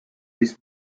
this